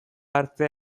hartze